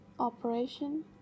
operation